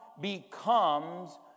becomes